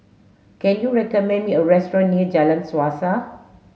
can you recommend me a restaurant near Jalan Suasa